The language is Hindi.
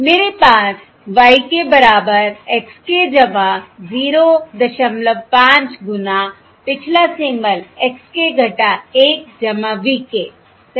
मेरे पास y k बराबर x k 05 गुना पिछला symbol x k 1 v k सही